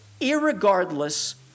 irregardless